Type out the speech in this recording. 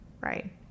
right